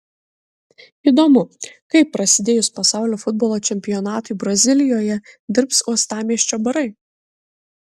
įdomu kaip prasidėjus pasaulio futbolo čempionatui brazilijoje dirbs uostamiesčio barai